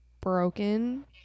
broken